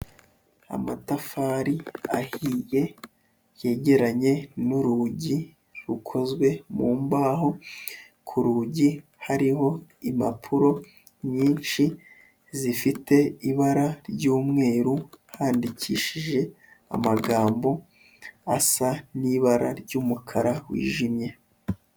Amatafari ahiye yegeranye n'urugi rukozwe mu mbaho, ku rugi hariho impapuro nyinshi zifite ibara ry'umweru, handikishije amagambo asa n'ibara ry'umukara wijimye.